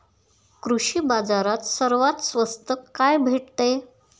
कृषी बाजारात सर्वात स्वस्त काय भेटते?